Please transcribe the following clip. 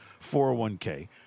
401K